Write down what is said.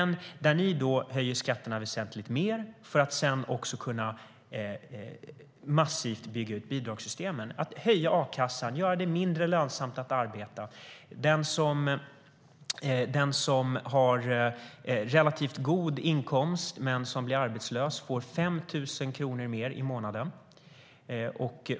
Ni höjer dock skatterna väsentligt mer för att sedan också massivt kunna bygga ut bidragssystemen genom att höja a-kassan och göra det mindre lönsamt att arbeta. Den som har relativt god inkomst och blir arbetslös får 5 000 kronor mer i månaden.